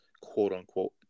quote-unquote